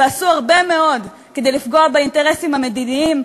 ועשו הרבה מאוד כדי לפגוע באינטרסים המדיניים,